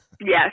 Yes